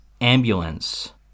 ambulance